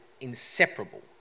inseparable